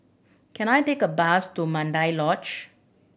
can I take a bus to Mandai Lodge